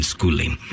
Schooling